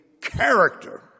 character